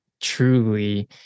truly